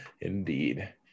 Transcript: Indeed